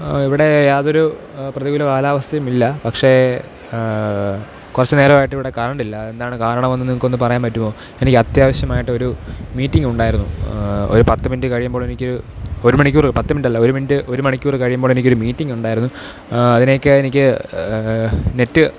ഇവടെ യാതൊരു പ്രതികൂല കാലാവസ്ഥയും ഇല്ല പക്ഷേ കുറച്ച് നേരമായിട്ടിവിടെ കറണ്ടില്ല എന്താണ് കാരണമെന്ന് നിങ്ങൾക്കൊന്ന് പറയാൻ പറ്റുമോ എനിക്കത്യാവശ്യമായിട്ടൊരു മീറ്റിംഗുണ്ടായിരുന്നു ഒരു പത്തു മിനിറ്റ് കഴിയുമ്പോൾ എനിക്ക് ഒരു മണിക്കൂർ പത്ത് മിനിറ്റല്ല ഒരു മിനിറ്റ് ഒരു മണിക്കൂർ കഴിയുമ്പോൾ എനിക്കൊരു മീറ്റിംഗുണ്ടായിരുന്നു അതിനൊക്കെ എനിക്ക് നെറ്റ്